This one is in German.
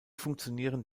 funktionieren